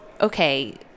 okay